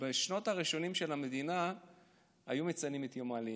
שבשנים הראשונות של המדינה היו מציינים את יום העלייה.